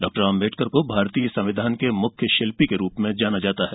doctor Ambedkar को भारतीय संविधान के मुख्यय शिल्पीच के रूप में जाना जाता है